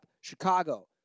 Chicago